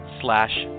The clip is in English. slash